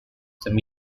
some